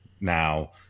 now